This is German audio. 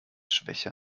schwäche